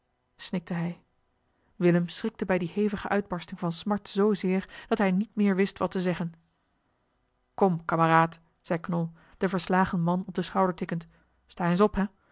snikte hij willem schrikte bij die hevige uitbarsting van smart zoozeer dat hij niet meer wist wat te zeggen kom kameraad zei knol den verslagen man op den schouder tikkend sta eens op hé